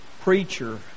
preacher